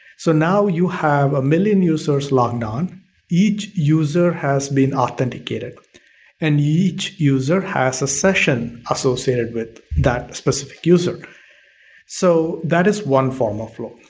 so, now you have a million users logged on each user has been authenticated and each user has a session associated with that specific user so, that is one form of